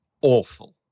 awful